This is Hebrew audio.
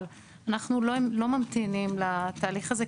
אבל אנחנו לא ממתינים לתהליך הזה,